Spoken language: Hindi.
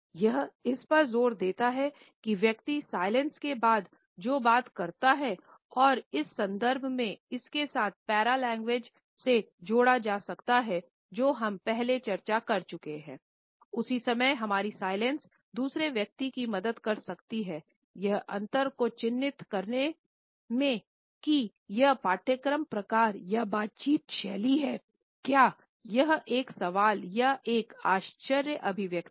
यह इस पर जोर देता हैं कि व्यक्ति साइलेंस दूसरे व्यक्ति की मदद कर सकती हैं यह अंतर को चिह्नित करने में कि यह पाठ्यक्रम प्रकार या बातचीत शैली हैं क्या यह एक सवाल या एक आश्चर्य अभिव्यक्ति है